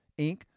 Inc